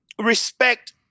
respect